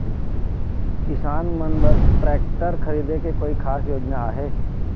किसान मन बर ट्रैक्टर खरीदे के कोई खास योजना आहे?